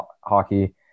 hockey